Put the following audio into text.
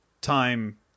time